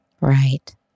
Right